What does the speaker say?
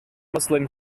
muslim